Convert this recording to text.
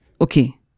Okay